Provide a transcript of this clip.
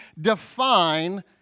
define